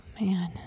Man